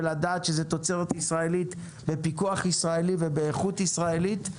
ולדעת שזה תוצרת ישראלית בפיקוח ישראלי ובאיכות ישראלית.